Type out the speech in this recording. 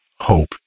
hope